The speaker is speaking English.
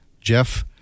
Jeff